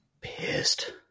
pissed